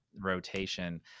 rotation